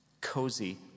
cozy